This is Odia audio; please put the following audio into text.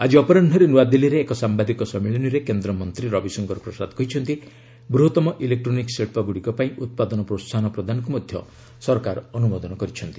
ଆଜି ଅପରାହୁରେ ନୃଆଦିଲ୍ଲୀରେ ଏକ ସାମ୍ଭାଦିକ ସମ୍ମିଳନୀରେ କେନ୍ଦ୍ର ମନ୍ତ୍ରୀ ରବି ଶଙ୍କର ପ୍ରସାଦ କହିଛନ୍ତି ବୂହତମ ଇଲେକ୍ରୋନିକ୍ସ ଶିଳ୍ପଗୁଡ଼ିକ ପାଇଁ ଉତ୍ପାଦନ ପ୍ରୋହାହନ ପ୍ରଦାନକୁ ମଧ୍ୟ ସରକାର ଅନୁମୋଦନ କରିଛନ୍ତି